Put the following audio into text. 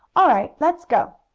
all right, let's go!